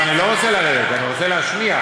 לא, אני לא רוצה לרדת, אני רוצה להשמיע.